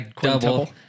double